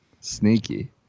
Sneaky